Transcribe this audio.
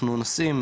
אנחנו נוסעים,